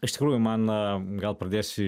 iš tikrųjų man a gal pradėsiu